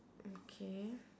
okay